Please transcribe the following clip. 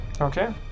Okay